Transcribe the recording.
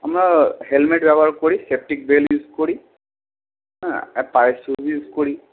আমরা হেলমেট ব্যবহার করি সেফটি বেল্ট ইউজ করি হ্যাঁ আর পায়ে সু ইউজ করি